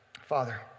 Father